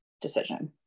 decision